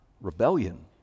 rebellion